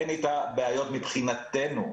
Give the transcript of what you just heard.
אין איתה בעיות מבחינתנו.